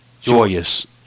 joyous